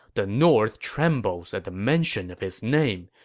the north trembles at the mention of his name,